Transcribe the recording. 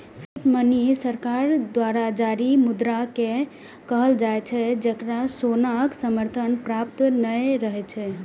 fiat money सरकार द्वारा जारी मुद्रा कें कहल जाइ छै, जेकरा सोनाक समर्थन प्राप्त नहि रहै छै